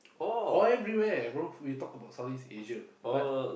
all everywhere bother we talk about South East Asia